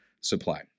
supply